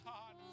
God